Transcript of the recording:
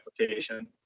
application